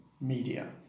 media